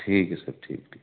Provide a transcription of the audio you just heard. ٹھیک ہے سر ٹھیک ٹھیک